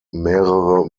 mehrere